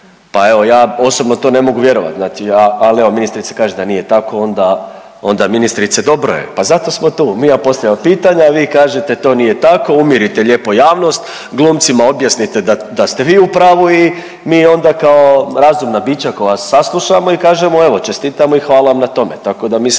Pa evo ja osobno to ne mogu vjerovati znači ali evo ministrica kaže da nije tako onda, onda ministrice dobro je. Pa zato smo tu, mi vam postavljamo pitanja, vi kažete to nije tako, umirite lijepo javnost, glumcima objasnite da ste vi u pravu i mi onda kao razumna bića koja vas saslušamo i kažemo evo čestitamo i hvala vam na tome.